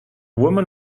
woman